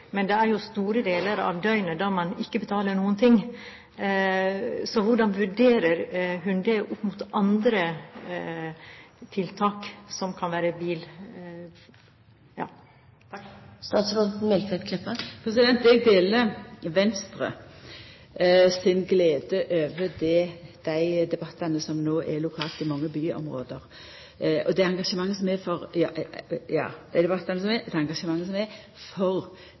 men det er jo store deler av døgnet da man ikke betaler noen ting. Så hvordan vurderer hun det opp mot andre tiltak? Eg deler Venstre si glede over dei debattane som no er lokalt i mange byområde – dei debattane som er, og det engasjementet som er for ulike biltrafikkregulerande tiltak. Så trur eg at om rushtidsavgift passa godt i Stockholm, så er det